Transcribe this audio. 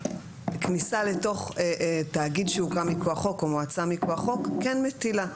שהכניסה לתוך תאגיד שהוקם מכוח חוק או מועצה מכוח חוק כן מטילה.